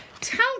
Tell